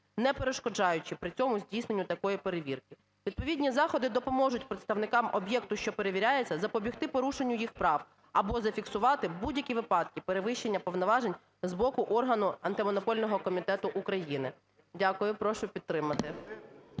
не перешкоджаючи при цьому здійсненню такої перевірки. Відповідні заходи допоможуть представникам об'єкту, що перевіряється, запобігти порушенню їх прав або зафіксувати будь-які випадки перевищення повноважень з боку органу Антимонопольного комітету України. Дякую. Прошу підтримати.